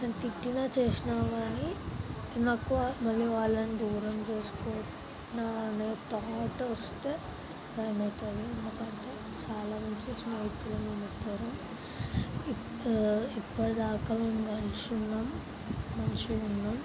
నన్ను తిట్టిన చేసిన కాని నాకు మళ్ళీ వాళ్ళని దూరం చేసుకున్న అనే థాట్ వస్తే భయమవుతుంది ఎందుకంటే చాలా మంచి స్నేహితులని ఇప్పటిదాకా మేము కలిసున్నాం మంచిగున్నాం